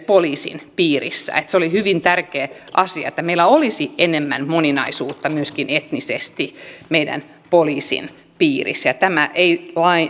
poliisin piirissä olisi hyvin tärkeä asia että meillä olisi enemmän moninaisuutta myöskin etnisesti poliisin piirissä ja tämä